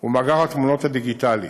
ובמאגר התמונות הדיגיטלי.